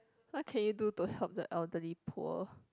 what can you do to help the elderly poor